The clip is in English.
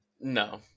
No